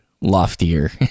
loftier